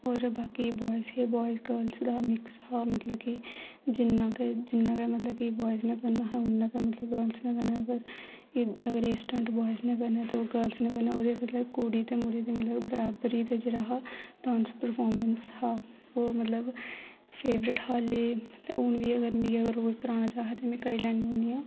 होर बाकी बोयाज हे गर्ल्ज दा मिक्स हा मतलब कि जिन्ना जिन्ना गै मतलब कि बोयाज ने करना हा उन्ना गै मतलब गर्ल्ज ने करना हा पर अगर एह् स्टन्ट बोयाज ने करना ते ओह् गर्ल्ज ने बी करना ओह्दे मतलब कि कुड़ी ते मुड़े दी मतलब बराबरी ते जेह्ड़ा हा डान्स परफारमेंस हा होर मतलब फेवराइट हा अल्ले ते हून बी अगर मी ओह् अगर कराना चाह् ते में करी लैन्नी होन्नी आं